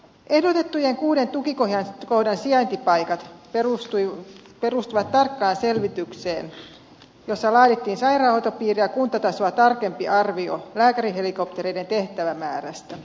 ehdotettujen kuuden tukikohdan sijaintipaikat perustuvat tarkkaan selvitykseen jossa laadittiin sairaanhoitopiiriä kuntatasoa tarkempi arvio lääkärihelikopterien tehtävämäärästä